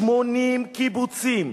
80 קיבוצים,